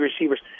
receivers